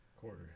Quarter